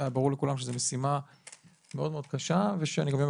והיה ברור לכולם שזו משימה מאוד מאוד קשה ושאני גם יום